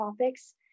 topics